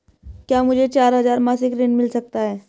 क्या मुझे चार हजार मासिक ऋण मिल सकता है?